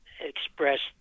expressed